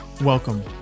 Welcome